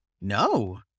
No